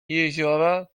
jeziora